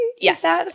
Yes